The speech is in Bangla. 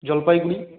জলপাইগুড়ি